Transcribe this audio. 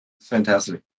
Fantastic